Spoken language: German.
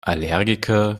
allergiker